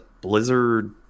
Blizzard